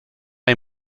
hay